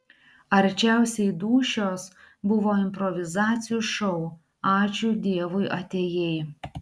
arčiausiai dūšios buvo improvizacijų šou ačiū dievui atėjai